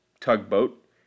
tugboat